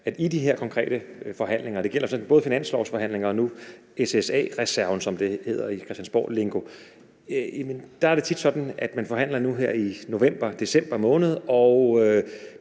at i de her konkrete forhandlinger – det gælder både finanslovsforhandlingerne og forhandlingerne om nu SSA-reserven, som den hedder i christiansborglingo – er det tit sådan, at man forhandler nu her i november og december måned.